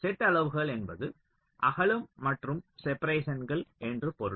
set அளவுகள் என்பது அகலம் மற்றும் செப்பரேஷன்கள் என்று பொருள்